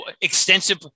Extensive